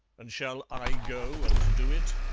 and shall i go and do it?